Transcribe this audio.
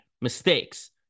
mistakes